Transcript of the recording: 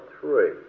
three